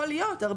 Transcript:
יכול להיות,